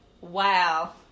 Wow